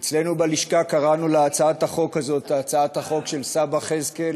אצלנו בלשכה קראנו להצעת החוק הזאת: הצעת החוק של סבא חזק'ל,